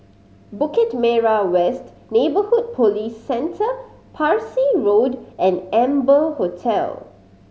Bukit Merah West Neighbourhood Police Centre Parsi Road and Amber Hotel